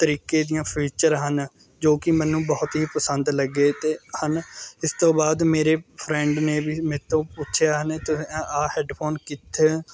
ਤਰੀਕੇ ਦੀਆਂ ਫੀਚਰ ਹਨ ਜੋ ਕਿ ਮੈਨੂੰ ਬਹੁਤ ਹੀ ਪਸੰਦ ਲੱਗੇ ਅਤੇ ਹਨ ਇਸ ਤੋਂ ਬਾਅਦ ਮੇਰੇ ਫਰੈਂਡ ਨੇ ਵੀ ਮੇਰੇ ਤੋਂ ਪੁੱਛਿਆ ਨੇ ਤੁਸੀਂ ਆਹ ਆਹ ਹੈੱਡਫੋਨ ਕਿੱਥੋਂ